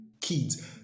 kids